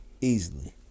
Easily